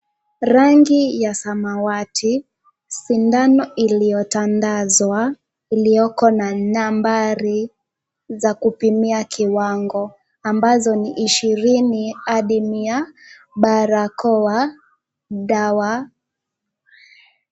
Rangi ya samawati, sindano iliotandazwa, ilioko na nambari za kupimia kiwango ambazo ni ishirini hadi mia, barakoa, dawa.